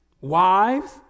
Wives